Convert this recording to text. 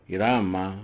Irama